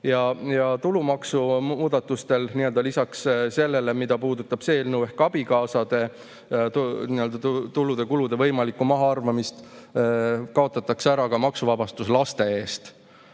Ja tulumaksumuudatustel lisaks sellele, mida puudutab see eelnõu ehk abikaasade tulude-kulude võimalikku mahaarvamist, kaotatakse ära ka maksuvabastus laste eest.